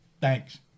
Thanks